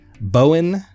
Bowen